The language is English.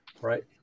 right